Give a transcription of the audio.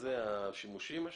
זה השימושים?